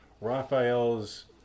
Raphael's